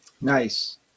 Nice